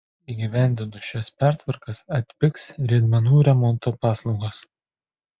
įgyvendinus šias pertvarkas atpigs riedmenų remonto paslaugos